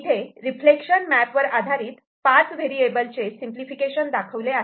इथे reflection map वर आधारित पाच वेरिएबल चे सिंपलिफिकेशन दाखवले आहे